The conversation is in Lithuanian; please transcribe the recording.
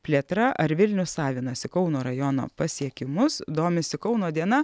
plėtra ar vilnius savinasi kauno rajono pasiekimus domisi kauno diena